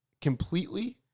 completely